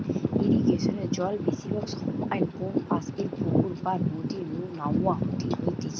ইরিগেশনে জল বেশিরভাগ সময় কোনপাশের পুকুর বা নদী নু ন্যাওয়া হইতেছে